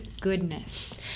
goodness